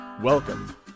Welcome